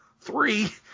Three